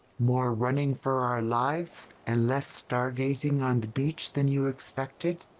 more running for our lives and less stargazing on the beach than you expected?